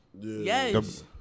Yes